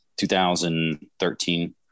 2013